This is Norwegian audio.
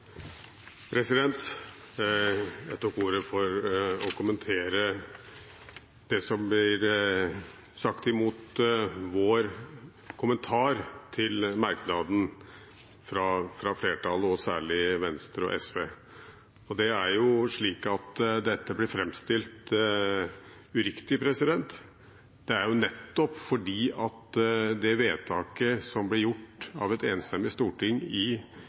Jeg tok ordet for å kommentere det som blir sagt imot vår kommentar til merknaden fra flertallet og særlig Venstre og SV. Det er slik at dette blir framstilt uriktig. Det er fordi vedtaket som ble gjort av et enstemmig storting i